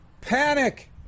panic